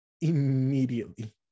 Immediately